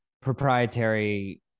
proprietary